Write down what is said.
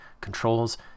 controls